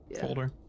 folder